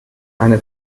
eine